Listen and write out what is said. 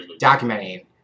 documenting